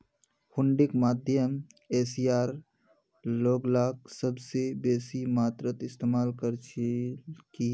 हुंडीक मध्य एशियार लोगला सबस बेसी मात्रात इस्तमाल कर छिल की